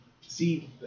See